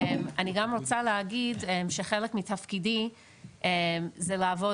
אני גם רוצה להגיד שחלק מתפקידי זה לעבוד,